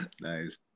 Nice